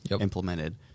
implemented